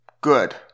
good